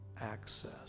access